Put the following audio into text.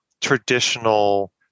traditional